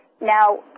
Now